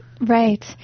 Right